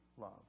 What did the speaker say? love